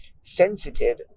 sensitive